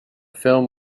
film